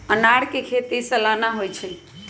अनारकें खेति सलाना होइ छइ